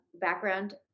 background